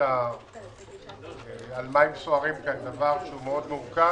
שניווטת על מים סוערים דבר שהוא מאוד מורכב.